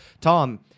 Tom